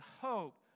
hope